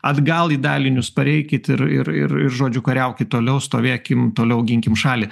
atgal į dalinius pareikit ir ir ir žodžiu kariaukit toliau stovėkim toliau ginkim šalį